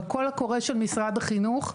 בכל הקורא של משרד החינוך,